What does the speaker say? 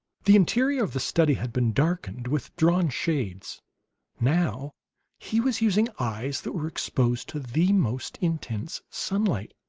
the interior of the study had been darkened with drawn shades now he was using eyes that were exposed to the most intense sunlight.